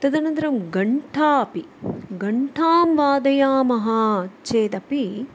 तदनन्तरं घण्टाम् अपि घण्टां वादयामः चेदपि